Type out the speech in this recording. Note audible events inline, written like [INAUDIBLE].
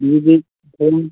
[UNINTELLIGIBLE]